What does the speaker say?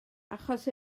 achos